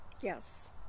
Yes